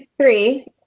three